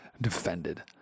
defended